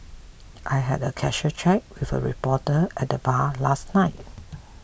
I had a casual chat with a reporter at the bar last night